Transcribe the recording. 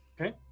Okay